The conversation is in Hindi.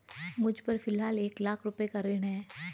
मुझपर फ़िलहाल एक लाख रुपये का ऋण है